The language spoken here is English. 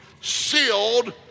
sealed